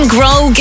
Grow